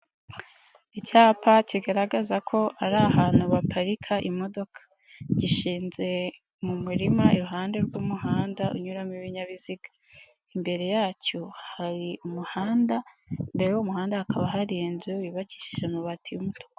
Icyapa kigaragaza ko ari ahantu baparika imodoka gishinze mu murima, iruhande rw'umuhanda unyuramo ibinyabiziga, imbere yacyo hari umuhanda, imbere y'umuhanda hakaba hari n'inzu yubakishije amabati y'umutuku.